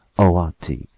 oh, auntie!